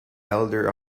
elder